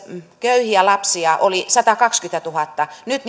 köyhiä lapsia oli satakaksikymmentätuhatta nyt